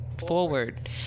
Forward